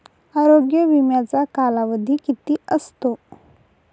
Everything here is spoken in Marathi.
आरोग्य विम्याचा कालावधी किती असतो?